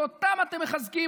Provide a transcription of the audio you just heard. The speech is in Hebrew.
ואותם אתם מחזקים.